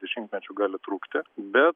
dešimtmečių gali trukti bet